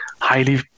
highly